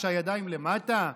כשהידיים למטה?